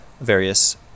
various